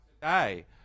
today